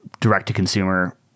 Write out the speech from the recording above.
direct-to-consumer